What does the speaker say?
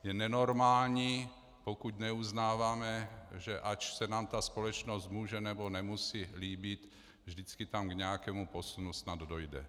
Je nenormální, pokud neuznáváme, že ač se nám ta společnost může nebo nemusí líbit, vždycky tam k nějakému posunu snad dojde.